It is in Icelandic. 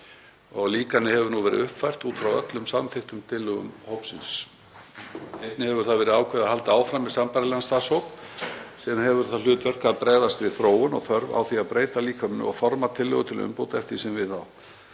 og líkanið hefur nú verið uppfært út frá öllum samþykktum tillögum hópsins. Einnig hefur verið ákveðið að halda áfram með sambærilegan starfshóp sem hefur það hlutverk að bregðast við þróun og þörf á því að breyta líkaninu og forma tillögur til umbóta eftir því sem við á.